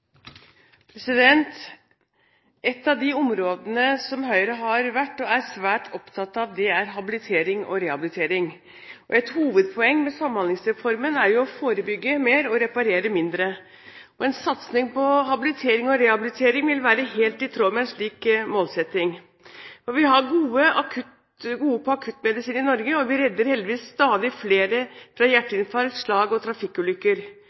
svært opptatt av, er habilitering og rehabilitering. Et hovedpoeng ved Samhandlingsreformen er jo å forebygge mer og reparere mindre. En satsing på habilitering og rehabilitering vil være helt i tråd med en slik målsetting. Vi er gode på akuttmedisin i Norge, og vi redder heldigvis stadig flere fra hjerteinfarkt, slag og trafikkulykker.